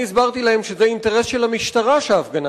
אני הסברתי להם שזה אינטרס של המשטרה שההפגנה